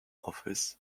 office